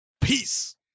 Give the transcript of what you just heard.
Peace